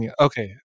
Okay